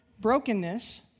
Brokenness